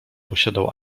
posiadał